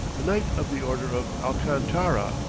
a knight of the order of alcantara,